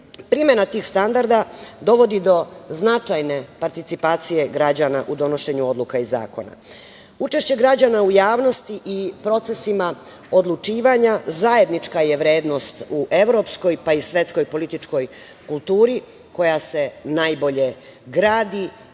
unije. Primena tih standarda dovodi do značajne participacije građana u donošenju odluka i zakona. Učešće građana u javnosti i procesima odlučivanja zajednička je vrednost u evropskoj, pa i svetskoj političkoj kulturi koja se najbolje gradi